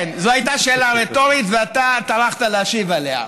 כן, זו הייתה שאלה רטורית, ואתה טרחת להשיב עליה.